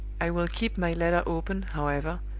i will keep my letter open, however,